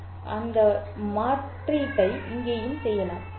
எனவே அந்த மாற்றீட்டை இங்கேயும் செய்கிறேன்